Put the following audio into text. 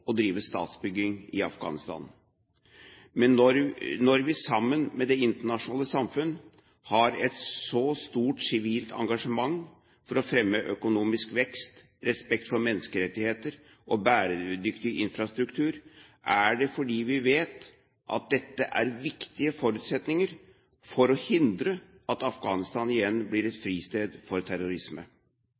å drive statsbygging i Afghanistan, men når vi sammen med det internasjonale samfunn har et så stort sivilt engasjement for å fremme økonomisk vekst, respekt for menneskerettigheter og bæredyktig infrastruktur, er det fordi vi vet at dette er viktige forutsetninger for å hindre at Afghanistan igjen blir et fristed for terrorisme.